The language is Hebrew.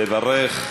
לברך.